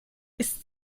ist